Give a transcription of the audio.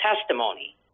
testimony